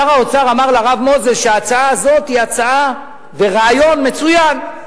שר האוצר אמר לרב מוזס שההצעה הזאת היא הצעה ורעיון מצוינים.